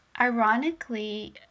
Ironically